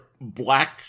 Black